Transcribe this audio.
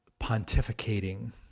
pontificating